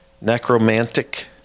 Necromantic